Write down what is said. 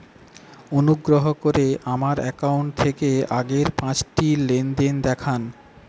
অনুগ্রহ করে আমার অ্যাকাউন্ট থেকে আগের পাঁচটি লেনদেন দেখান